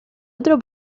otro